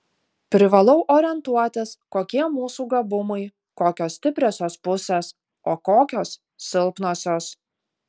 privalau orientuotis kokie mūsų gabumai kokios stipriosios pusės o kokios silpnosios